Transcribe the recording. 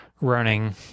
running